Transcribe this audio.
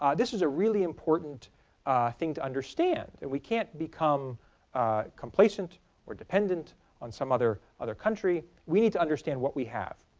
um this was a really important thing to understand and we can't become complacent or dependent on some other other country. we need to understand what we have.